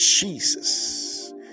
Jesus